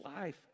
life